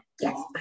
Yes